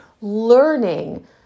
Learning